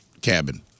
cabin